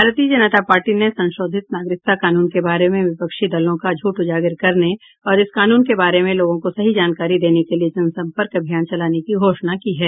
भारतीय जनता पार्टी ने संशोधित नागरिकता कानून के बारे में विपक्षी दलों का झूठ उजागर करने और इस कानून के बारे में लोगों को सही जानकारी देने के लिए जनसम्पर्क अभियान चलाने की घोषणा की है